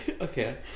Okay